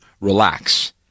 relax